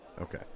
okay